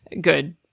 good